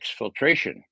exfiltration